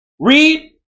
Read